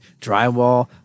drywall